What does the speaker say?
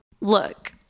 Look